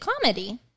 comedy